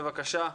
בבקשה,